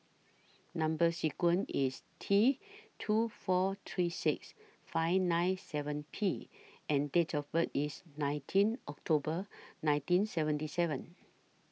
Number sequence IS T two four three six five nine seven P and Date of birth IS nineteen October nineteen seventy seven